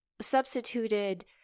substituted